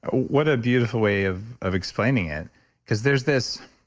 what a beautiful way of of explaining it because there's this,